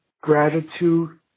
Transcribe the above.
gratitude